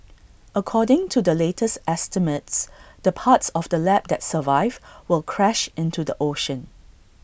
according to the latest estimates the parts of the lab that survive will crash into the ocean